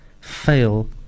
fail